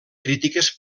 crítiques